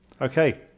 Okay